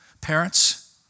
parents